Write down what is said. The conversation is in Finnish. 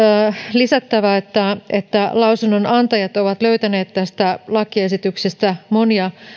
lisättävä että että lausunnonantajat ovat löytäneet tästä lakiesityksestä monia